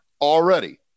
Already